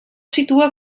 situa